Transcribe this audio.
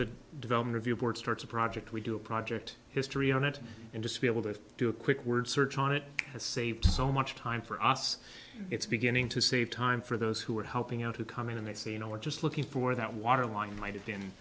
the development of your board starts a project we do a project history on it and just be able to do a quick word search on it has saved so much time for us it's beginning to save time for those who are helping out who come in and they say you know we're just looking for that water line might have been